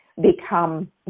become